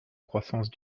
croissance